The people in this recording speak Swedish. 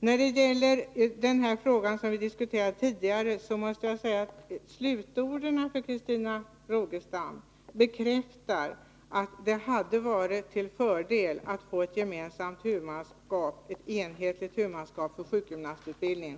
När det gäller den fråga som vi diskuterade tidigare vill jag säga att slutorden från Christina Rogestam bekräftar att det hade varit till fördel att få till stånd ett enhetligt huvudmannaskap för sjukgymnastutbildningen.